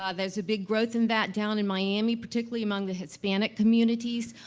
ah there's a big growth in that down in miami, particularly among the hispanic communities,